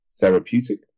therapeutic